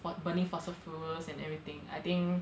fo~ burning fossil fuels and everything I think